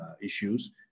issues